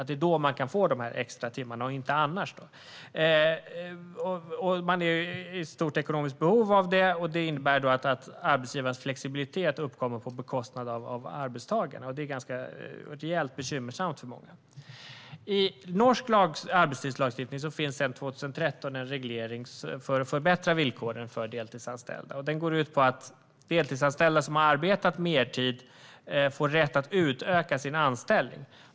Det är då den kan få extratimmarna och inte annars. Om människor är i stort behov av det innebär det att arbetsgivarens flexibilitet uppkommer på bekostnad av arbetstagarna. Det är rejält bekymmersamt för många. I norsk arbetstidslagstiftning finns sedan 2013 en reglering för att förbättra villkoren för deltidsanställda. Den går ut på att deltidsanställda som har arbetat mertid får rätt att utöka sin anställning.